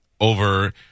over